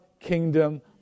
kingdom